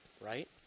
right